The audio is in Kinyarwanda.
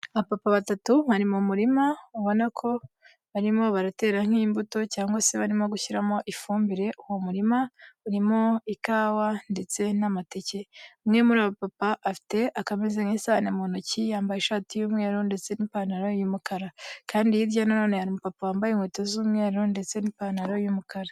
Abapapa batatu bari mu murima ubonako barimo baratera nk'imbuto, cyangwa se barimo gushyiramo ifumbire uwo murima urimo ikawa ndetse n'amateke. Umwe muri abo bapapa afite akameze nk'isahane mu ntoki yambaye ishati y'umweru ndetse n'ipantaro y'umukara, kandi hirya ye nanone hari umupapa wambaye inkweto z'umweru ndetse n'ipantaro y'umukara.